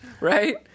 Right